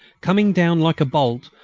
coming down like a bolt,